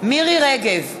מירי רגב,